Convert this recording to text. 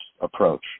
approach